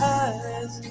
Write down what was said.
eyes